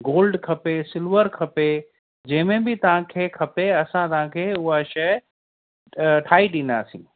gold खपे silver खपे जंहिंमें बि तव्हांखे खपे असां तव्हांखे उहा शइ ठाहे ॾींदासीं